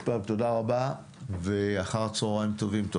תודה רבה לכולם ואחר צוהריים טובים.